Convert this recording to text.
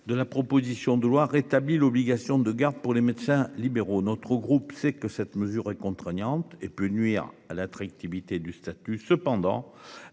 de la proposition de loi rétabli l'obligation de garde pour les médecins libéraux. Notre groupe, c'est que cette mesure est contraignante et peut nuire à l'attractivité du statut cependant